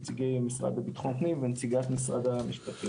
נציגי המשרד לביטחון פנים ונציגת משרד המפשטים,